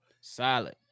Solid